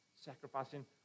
sacrificing